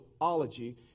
ology